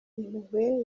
impuhwe